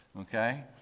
okay